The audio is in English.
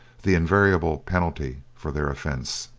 the invariable penalty for their offence.